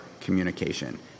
communication